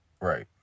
Right